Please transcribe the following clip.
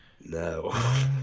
No